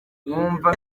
numva